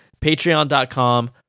Patreon.com